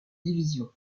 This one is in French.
division